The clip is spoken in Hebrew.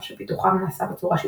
אף שפיתוחם נעשה בצורה שיתופית,